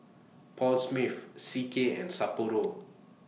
Paul Smith C K and Sapporo